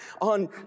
on